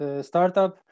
startup